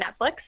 Netflix